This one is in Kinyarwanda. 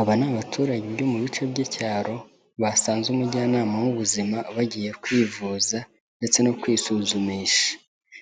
Aba ni abaturage bari mu bice by'icyaro basanze umujyanama w'ubuzima bagiye kwivuza ndetse no kwisuzumisha,